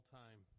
time